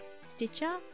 Stitcher